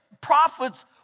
prophets